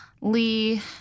Lee